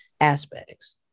aspects